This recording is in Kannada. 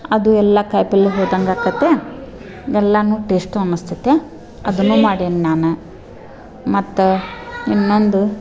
ಅದು ಎಲ್ಲ ಕಾಯಿಪಲ್ಲೆ ಹೋದಂಗೆ ಆಕ್ತತೆ ಎಲ್ಲನ್ನೂ ಟೇಸ್ಟು ಅನ್ನಿಸ್ತತೆ ಅದನ್ನೂ ಮಾಡ್ಯೇನೆ ನಾನು ಮತ್ತು ಇನ್ನೊಂದು